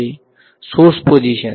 વિદ્યાર્થી source position